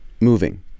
moving